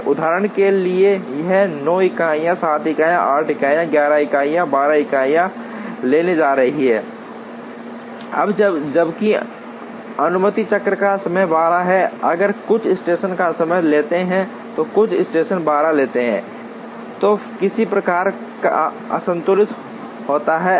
उदाहरण के लिए यह 9 इकाइयाँ 7 इकाइयाँ 8 इकाइयाँ 11 इकाइयाँ 12 इकाइयाँ लेने जा रही है अब जबकि अनुमति चक्र का समय 12 है अगर कुछ स्टेशन कम समय लेते हैं और कुछ स्टेशन 12 लेते हैं तो किसी प्रकार का असंतुलन होता है